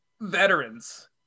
veterans